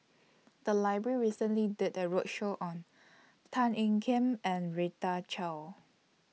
The Library recently did A roadshow on Tan Ean Kiam and Rita Chao